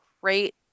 great